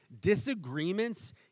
disagreements